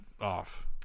off